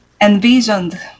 envisioned